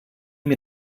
mit